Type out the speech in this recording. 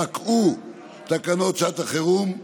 פקעו תקנות שעת החירום,